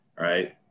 right